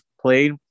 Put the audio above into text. played